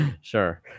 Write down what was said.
sure